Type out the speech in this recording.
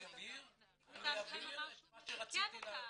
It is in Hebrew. אני אבהיר את מה שרציתי להבהיר.